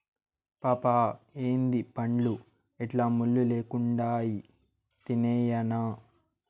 పాపా ఏందీ పండ్లు ఇట్లా ముళ్ళు లెక్కుండాయి తినేయ్యెనా